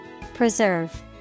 Preserve